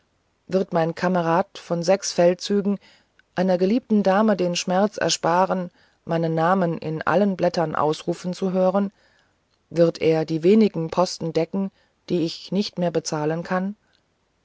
wird mein kamerad von sechs feldzügen einer geliebten dame den schmerz ersparen meinen namen in allen blättern aufrufen zu hören wird er die wenigen posten decken die ich nicht mehr bezahlen kann